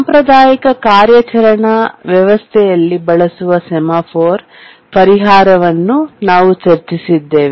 ಸಾಂಪ್ರದಾಯಿಕ ಕಾರ್ಯಾಚರಣಾ ವ್ಯವಸ್ಥೆಯಲ್ಲಿ ಬಳಸುವ ಸೆಮಾಫೋರ್ ಪರಿಹಾರವನ್ನು ನಾವು ಚರ್ಚಿಸಿದ್ದೇವೆ